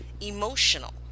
emotional